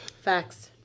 facts